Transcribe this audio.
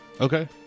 Okay